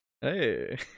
Hey